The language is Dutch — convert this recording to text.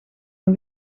een